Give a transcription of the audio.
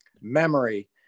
memory